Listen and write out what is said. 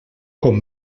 com